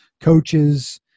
coaches